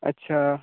अच्छा